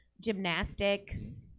gymnastics